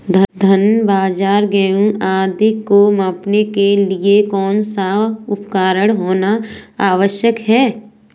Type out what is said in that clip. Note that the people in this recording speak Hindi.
धान बाजरा गेहूँ आदि को मापने के लिए कौन सा उपकरण होना आवश्यक है?